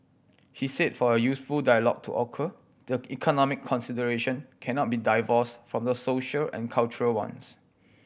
he said for a useful dialogue to occur the economic consideration cannot be divorced from the social and cultural ones